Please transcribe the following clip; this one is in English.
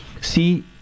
see